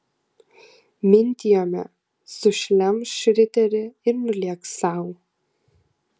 mintijome sušlemš riterį ir nulėks sau